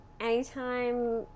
anytime